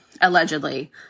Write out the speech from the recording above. allegedly